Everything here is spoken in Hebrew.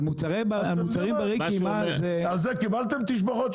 על מוצרים ברי קיימא זה --- על זה קיבלתם תשבחות,